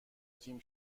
تیم